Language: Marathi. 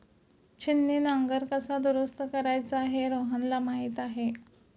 छिन्नी नांगर कसा दुरुस्त करायचा हे रोहनला माहीत आहे